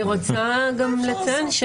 אני רוצה גם לציין,